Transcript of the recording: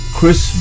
Chris